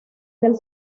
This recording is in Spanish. del